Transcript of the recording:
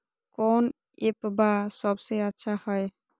कौन एप्पबा सबसे अच्छा हय?